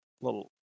little